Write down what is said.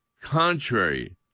contrary